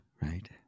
right